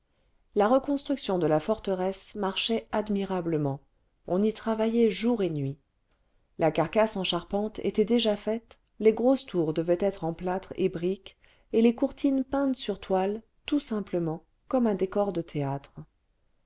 la reconstruction de la forteresse marchait admirablement on y travaillait jour et nuit la carcasse en charpente était déjà faite les grosses tours devaient être en plâtre et briques et les courtines peintes sur toile tout simplement comme un décor de théâtre